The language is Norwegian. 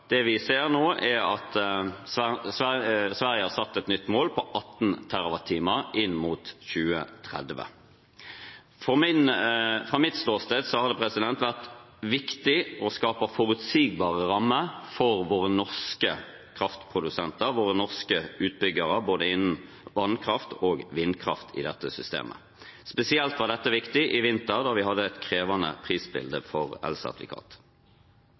Det vi ser nå, er at Sverige har satt et nytt mål på 18 TWh inn mot 2030. Fra mitt ståsted har det vært viktig å skape forutsigbare rammer for våre norske kraftprodusenter, våre norske utbyggere innen både vannkraft og vindkraft, i dette systemet. Spesielt var dette viktig i vinter, da vi hadde et krevende prisbilde for